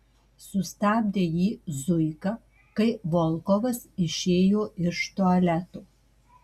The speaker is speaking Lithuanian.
sustabdė jį zuika kai volkovas išėjo iš tualeto